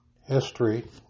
History